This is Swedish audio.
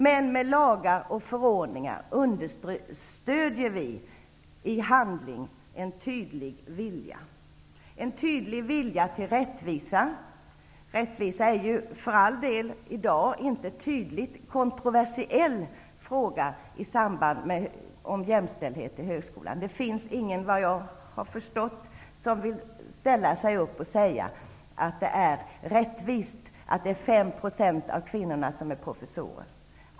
Men med lagar och förordningar understöder vi i handling en tydlig vilja till rättvisa. Rättvisa är ju för all del i dag inte en tydligt kontroversiell fråga i samband med jämställdhet i högskolan. Såvitt jag har förstått finns det ingen som vill ställa sig upp och säga att det är rättvist att 5 % av professorerna är kvinnor.